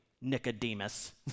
Nicodemus